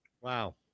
Wow